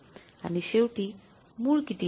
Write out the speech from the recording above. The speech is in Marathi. आणि शेवटी मूळ किती आहे